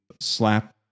slap